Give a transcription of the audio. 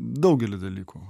daugelį dalykų